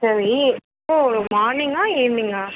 சரி எப்போது மார்னிங்கா ஈவ்னிங்கா